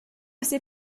ces